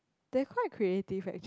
they quite creative actually